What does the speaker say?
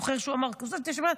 זוכר שהוא אמר 9 מיליארד?